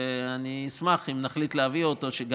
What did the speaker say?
ואני אשמח שאם נחליט להביא אותו גם